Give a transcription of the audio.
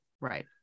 right